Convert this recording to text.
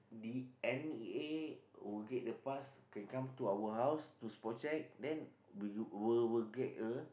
the N_E_A would get the pass can come our house to spot check then we will will get a